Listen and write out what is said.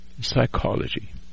Psychology